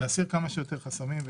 להסיר כמה שיותר חסמים,